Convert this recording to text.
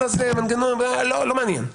כל המנגנון וכו' לא מעניין.